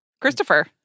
Christopher